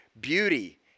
beauty